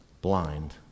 blind